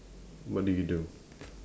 what do you do